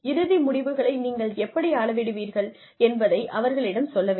இறுதி முடிவுகளை நீங்கள் எப்படி அளவிடுவீர்கள் என்பதை அவர்களிடம் சொல்ல வேண்டும்